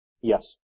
Yes